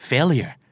Failure